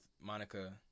Monica